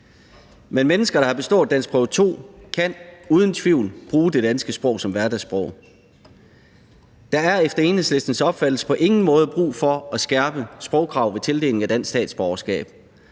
Men mennesker, der har bestået danskprøve 2, kan uden tvivl bruge det danske sprog som hverdagssprog. Der er efter Enhedslistens opfattelse på ingen måde brug for at skærpe sprogkravet ved tildeling af dansk statsborgerskab